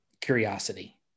curiosity